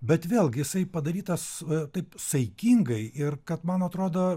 bet vėlgi jisai padarytas taip saikingai ir kad man atrodo